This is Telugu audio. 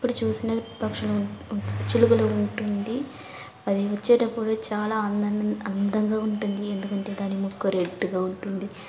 ఎప్పుడు చూసినా పక్షులు చిలుకలు ఉంటుంది అది వచ్చేటప్పుడు చాలా అందంన్ అందంగా ఉంటుంది ఎందుకంటే దాని ముక్కు రెడ్డుగా ఉంటుంది